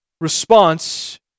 response